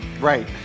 Right